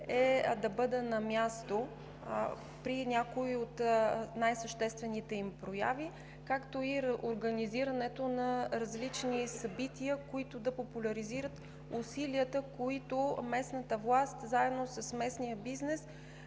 е да бъда на място при някои от най-съществените им прояви, както и организирането на различни събития, които да популяризират усилията, които местната власт заедно с местния бизнес